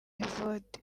evode